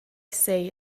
say